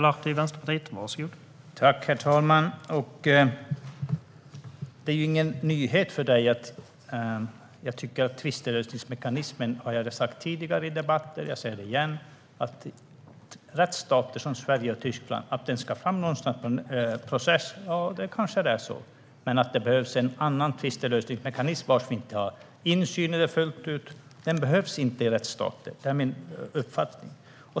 Herr talman! Det är ingen nyhet vad jag tycker om tvistlösningsmekanismen. Det har jag sagt i tidigare debatter. Jag säger det igen. Det handlar om rättsstater som Sverige och Tyskland. Det ska kanske fram någon sådan här process. Men en tvistlösningsmekanism som vi inte fullt ut har insyn i behövs inte i rättsstater. Det är min uppfattning.